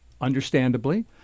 understandably